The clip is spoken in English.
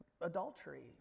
adultery